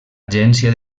agència